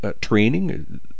Training